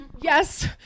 yes